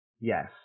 yes